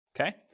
okay